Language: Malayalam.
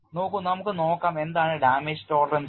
നോക്കൂ നമുക്ക് നോക്കാം എന്താണ് ഡാമേജ് tolerance എന്ന്